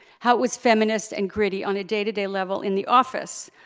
how it was feminist and gritty on a day-to-day level in the office,